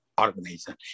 organization